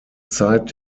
zeit